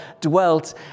dwelt